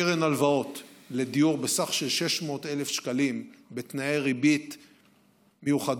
קרן הלוואות לדיור בסך 600,000 שקלים בתנאי ריבית מיוחדים,